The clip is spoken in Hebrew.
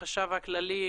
החשב הכללי,